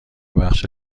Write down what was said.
بخش